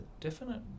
definite